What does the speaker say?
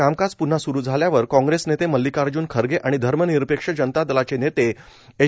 कामकाज प्न्हा सुरू झाल्यावर काँग्रेस नेते मल्लिकार्ज्न खरगे आणि धर्मनिरपेक्ष जनता दलाचे नेते एच